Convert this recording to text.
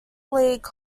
league